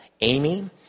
Amy